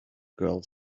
girl